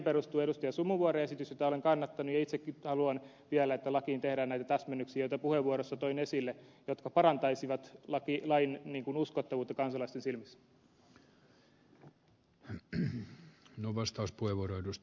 sumuvuoren esitys jota olen kannattanut ja itsekin haluan vielä että lakiin tehdään näitä täsmennyksiä joita puheenvuorossani toin esille ja jotka parantaisivat lain uskottavuutta kansalaisten silmissä